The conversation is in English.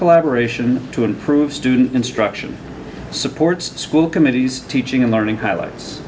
collaboration to improve student instruction supports school committees teaching and learning highlights